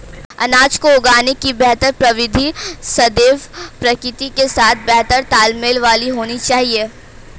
अनाज को उगाने की बेहतर प्रविधि सदैव प्रकृति के साथ बेहतर तालमेल वाली होनी चाहिए